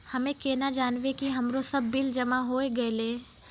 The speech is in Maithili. हम्मे केना जानबै कि हमरो सब बिल जमा होय गैलै?